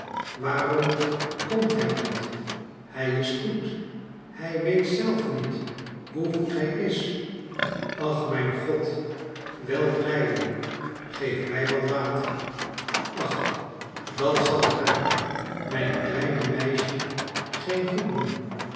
waarom komt hij niet hij is goed hij weet zelf niet hoe goed hij is ach mijn god welk lijden geef mij wat water ach dat zal haar mijn klein meisje geen goed doen